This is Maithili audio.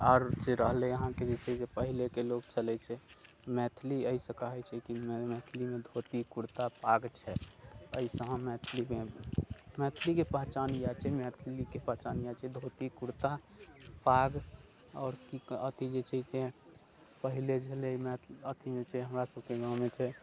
आओर जे रहलै अहाँके जे छै से पहिलेके लोक चलैत छै मैथिली एहिसँ कहैत छै कि मैथिलीमे धोती कुर्ता पाग छै एहिसँ अहाँ मैथिलीमे मैथिलीके पहचान इएह छियै मैथिलीके पहचान इएह छियै धोती कुर्ता पाग आओर की अथी जे छै से पहिले छलै मै अथी जे छै हमरासभके गाममे छै